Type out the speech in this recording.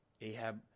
Ahab